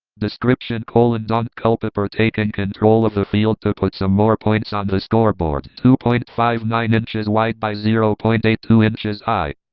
description colon, daunte culpepper taking control of the field to put some more points on the scoreboard, two point five nine inches wide by zero point eight two inches high